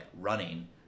running